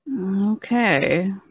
okay